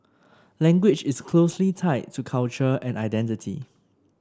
language is closely tied to culture and identity